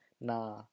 nah